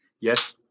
Yes